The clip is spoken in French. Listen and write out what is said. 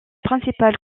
principal